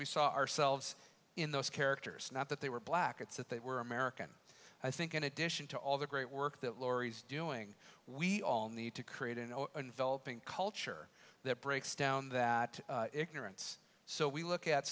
we saw ourselves in those characters not that they were black it's that they were american i think in addition to all the great work that lori's doing we all need to create an envelop in culture that breaks down that ignorance so we look at